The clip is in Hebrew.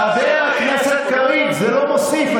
חבר הכנסת קריב, זה לא מוסיף.